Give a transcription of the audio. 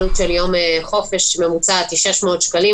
עלות של יום חופש ממוצעת היא 600 שקלים,